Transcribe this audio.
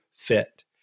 fit